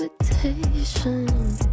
invitation